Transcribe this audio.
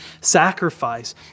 sacrifice